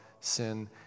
sin